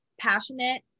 passionate